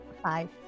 Five